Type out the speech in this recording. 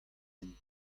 hent